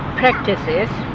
practises